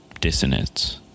dissonance